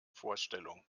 vorstellung